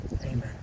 amen